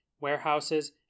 warehouses